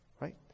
right